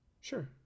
Sure